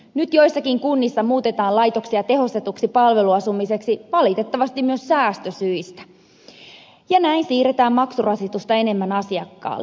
nyt joissakin kunnissa muutetaan laitoksia tehostetuksi palveluasumiseksi valitettavasti myös säästösyistä ja näin siirretään maksurasitusta enemmän asiakkaalle